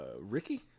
Ricky